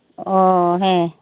ᱚᱻ ᱦᱮᱸ